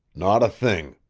not a thing.